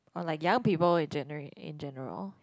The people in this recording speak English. or like young people in January in general